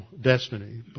destiny